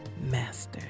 master